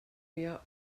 mehr